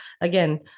again